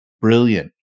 Brilliant